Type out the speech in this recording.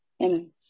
amen